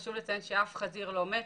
חשוב לציין שאף חזיר לא מת,